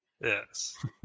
Yes